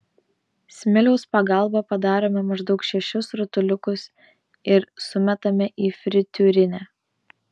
smiliaus pagalba padarome maždaug šešis rutuliukus ir sumetame į fritiūrinę